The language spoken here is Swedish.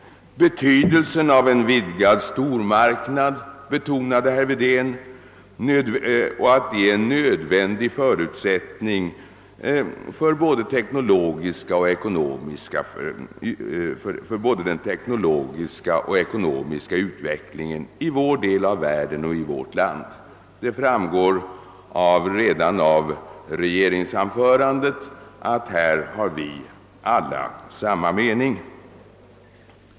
Betydelsen av en vidgad stormarknad betonade herr Wedén och sade, att den är en nödvändig förutsättning för både den teknologiska och den ekonomiska utvecklingen i vår del av världen och i vårt land. Det framgår redan av regeringsanförandet, att härvidlag har alla samma mening.